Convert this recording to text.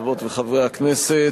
חברות וחברי הכנסת,